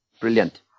Brilliant